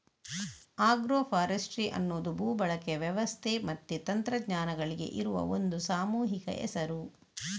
agro forestry ಅನ್ನುದು ಭೂ ಬಳಕೆಯ ವ್ಯವಸ್ಥೆ ಮತ್ತೆ ತಂತ್ರಜ್ಞಾನಗಳಿಗೆ ಇರುವ ಒಂದು ಸಾಮೂಹಿಕ ಹೆಸರು